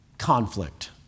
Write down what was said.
conflict